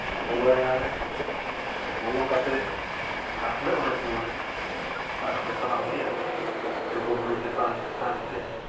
ᱵᱚᱞᱚᱭ ᱱᱟᱞᱮ ᱵᱚᱞᱚ ᱠᱟᱛᱮ ᱟᱨ ᱦᱚᱸᱞᱮ ᱚᱰᱳᱠ ᱨᱩᱣᱟᱹᱲᱮᱱᱟ ᱟᱨ ᱦᱚᱸ ᱞᱮ ᱛᱟᱲᱟᱢ ᱠᱮᱜᱼᱟ ᱞᱩᱜᱩᱼᱵᱩᱨᱩ ᱪᱮᱛᱟᱱ ᱪᱮᱛᱟᱱᱛᱮ